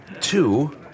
Two